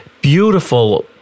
beautiful